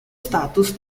status